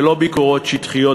ולא ביקורות שטחיות,